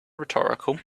rhetorical